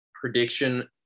prediction